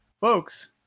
Folks